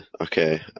okay